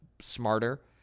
smarter